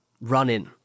run-in